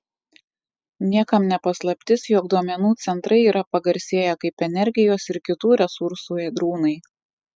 niekam ne paslaptis jog duomenų centrai yra pagarsėję kaip energijos ir kitų resursų ėdrūnai